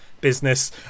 business